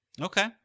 Okay